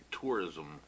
tourism